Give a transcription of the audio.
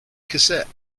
cassette